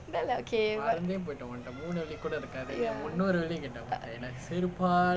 then like okay but ya